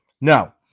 now